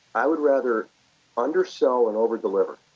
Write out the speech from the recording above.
i would rather undersell and over deliver.